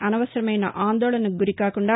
అనవసరమైన ఆందోళనకు గురికాకుండా